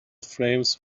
frames